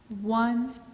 one